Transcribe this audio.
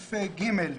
בסעיף ג,